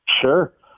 Sure